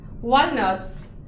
walnuts